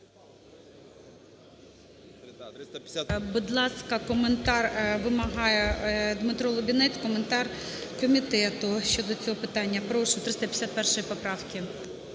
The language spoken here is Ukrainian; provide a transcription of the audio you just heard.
Будь ласка, коментар вимагає Дмитро Лубінець коментар комітету щодо цього питання. Прошу. 351 поправка.